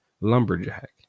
lumberjack